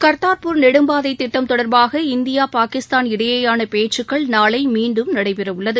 காத்தாப்பூர் சாலை திட்டம் தொடர்பாக இந்தியா பாகிஸ்தான் இடையேயான பேச்சுக்கள் நாளை மீண்டும் நடைபெறவுள்ளன